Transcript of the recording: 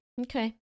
Okay